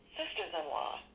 sisters-in-law